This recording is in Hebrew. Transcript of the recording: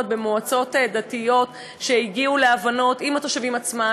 במועצות דתיות שהגיעו להבנות עם התושבים עצמם,